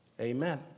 Amen